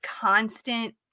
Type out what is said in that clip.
constant